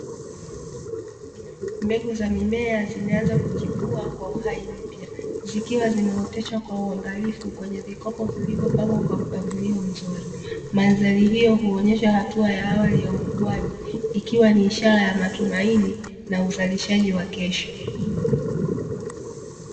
Mbegu za mimea zimeanza kuchipua kwa uhai mpya, zikiwa zimeoteshwa kwa uangalifu kwenye vikopo vilivopangwa kwa mpangilio mzuri. Mandhari hiyo huonyesha hatua ya awali ya ukuaji, ikiwa ni ishara ya matumaini na uzalishaji wa kesho.